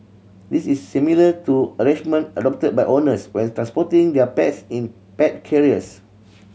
this is similar to arrangement adopted by owners when transporting their pets in pet carriers